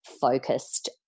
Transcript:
focused